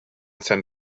san